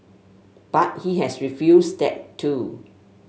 but he has refused that too